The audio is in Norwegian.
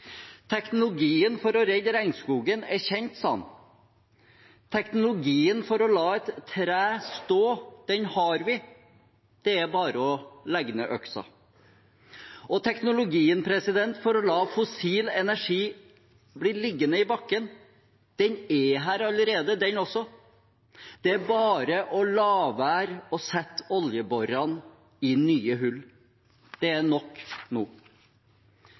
teknologien for å redde regnskogen er kjent. Teknologien for å la et tre stå, den har vi, det er bare å legge ned øksa. Teknologien for å la fossil energi bli liggende i bakken, er her allerede, den også. Det er bare å la være å sette oljeborene i nye hull. Det er nok nå.